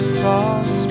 cross